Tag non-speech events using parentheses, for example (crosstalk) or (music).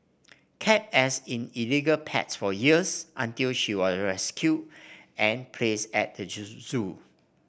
kept as in illegal pet for years until she was rescued and placed at the (unintelligible) zoo